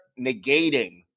negating